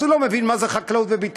אז הוא לא מבין מה זה חקלאות וביטחון.